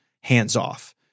hands-off